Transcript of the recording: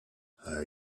are